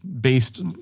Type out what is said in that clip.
based